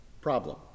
problem